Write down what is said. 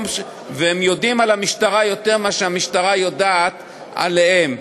הם יודעים על המשטרה יותר משהמשטרה יודעת עליהם,